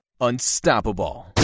unstoppable